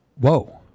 whoa